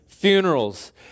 funerals